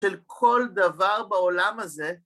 ‫של כל דבר בעולם הזה.